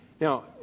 Now